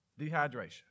dehydration